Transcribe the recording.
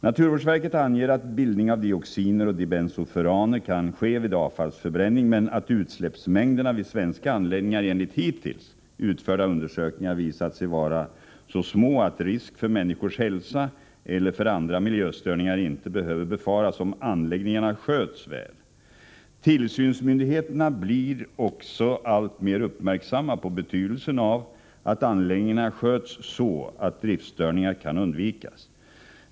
Naturvårdsverket anger att bildning av dioxiner och dibensofuraner kan ske vid avfallsförbränning men att utsläppsmängderna vid svenska anläggningar enligt hittills utförda undersökningar visat sig vara så små att risk för människors hälsa eller för andra miljöstörningar inte behöver befaras om anläggningarna sköts väl. Tillsynsmyndigheterna blir också alltmer uppmärksamma på betydelsen av att anläggningarna sköts så att driftstörningar kan undvikas.